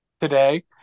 today